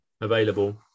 available